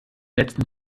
letzten